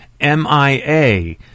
MIA